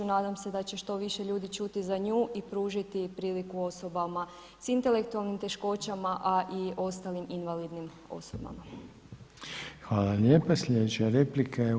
Nadam se da će što više ljudi čuti za nju i pružiti priliku osobama sa intelektualnim teškoćama, a i ostalim invalidnim osobama.